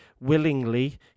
willingly